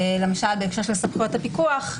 למשל בהקשר סמכויות הפיקוח,